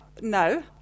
no